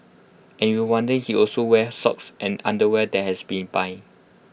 and you're wondering he also wears socks and underwear that has been buy